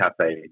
cafe